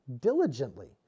diligently